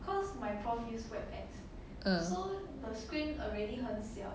mm